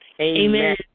Amen